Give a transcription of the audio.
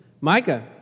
Micah